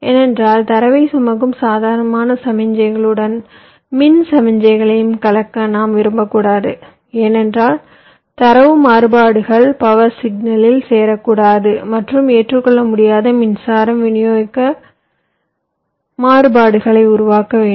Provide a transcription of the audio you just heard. ஏனென்றால் தரவைச் சுமக்கும் சாதாரண சமிக்ஞைகளுடன் மின் சமிக்ஞைகளையும் கலக்க நாம் விரும்பக்கூடாது ஏனென்றால் தரவு மாறுபாடுகள் பவர் சிக்னல்களில் சேரக்கூடாது மற்றும் ஏற்றுக்கொள்ள முடியாத மின்சாரம் விநியோக மாறுபாடுகளை உருவாக்க வேண்டும்